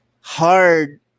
hard